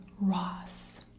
Ross